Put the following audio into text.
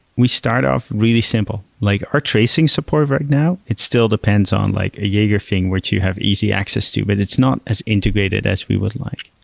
we start off really simple. like our tracing support right now, it still depends on like a jaeger thing which you have easy access to, but it's not as integrated as we would like.